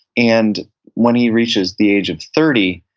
and when he reaches the age of thirty,